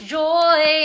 joy